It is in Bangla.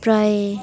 প্রায়